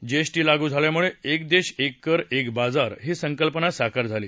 GST लागू झाल्यामुळे एक देश एक कर एक बाजार ही संकल्पना साकार झाली